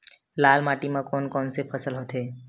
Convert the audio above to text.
लाल माटी म कोन कौन से फसल होथे?